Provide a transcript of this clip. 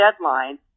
deadline